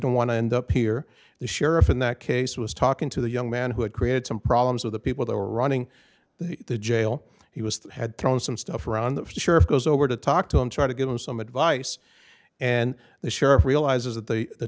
don't want to end up here the sheriff in that case was talking to the young man who had created some problems with the people that were running the jail he was had thrown some stuff around the sheriff goes over to talk to him try to give him some advice and the she